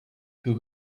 who